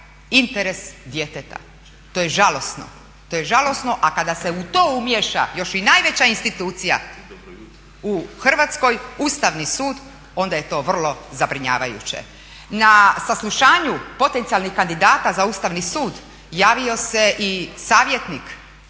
interes djeteta to je žalosno. A kada se u to umiješa još i najveća institucija u Hrvatskoj Ustavni sud onda je to vrlo zabrinjavajuće. Na saslušanju potencijalnih kandidata za Ustavni sud javio se i savjetnik